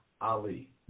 Ali